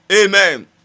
Amen